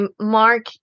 Mark